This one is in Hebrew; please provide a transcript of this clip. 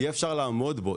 כזה שאפשר לעמוד בו.